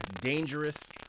dangerous